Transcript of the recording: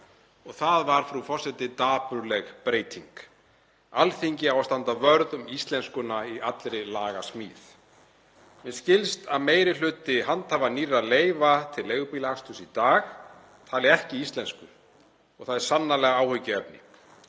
og það er, frú forseti, dapurleg breyting. Alþingi á að standa vörð um íslenskuna í allri lagasmíð. Mér skilst að meiri hluti handhafa nýrra leyfa til leigubílaaksturs í dag tali ekki íslensku og það er sannarlega áhyggjuefni.